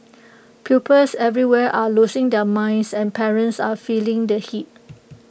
pupils everywhere are losing their minds and parents are feeling the heat